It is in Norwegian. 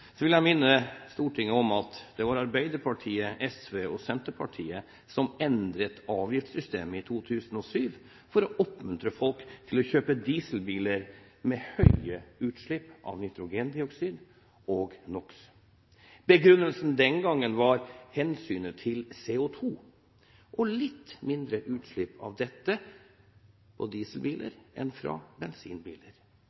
så måte vil jeg minne Stortinget om at det var Arbeiderpartiet, SV og Senterpartiet som endret avgiftssystemet i 2007 for å oppmuntre folk til å kjøpe dieselbiler, med høye utslipp av nitrogendioksid. Begrunnelsen den gangen var hensynet til CO2 – litt mindre utslipp av dette